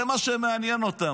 זה מה שמעניין אותם.